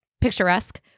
picturesque